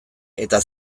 eta